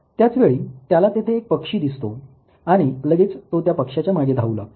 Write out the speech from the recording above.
त्याचवेळी त्याला तेथे एक पक्षी दिसतो आणि लगेच तो त्या पक्षाच्या मागे धावू लागतो